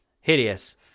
Hideous